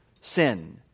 sin